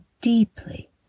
deeply